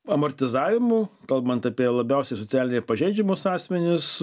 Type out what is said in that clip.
amortizavimų kalbant apie labiausiai socialiai pažeidžiamus asmenis